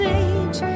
age